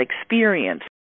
experience